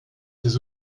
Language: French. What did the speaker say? ses